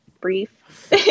brief